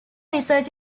research